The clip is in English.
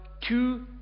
two